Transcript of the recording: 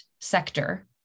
sector